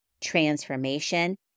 transformation